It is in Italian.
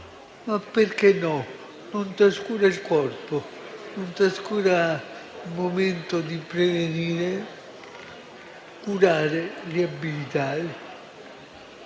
ma che non trascura il corpo, non trascura il momento di prevenire, curare, riabilitare.